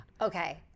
Okay